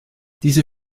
diese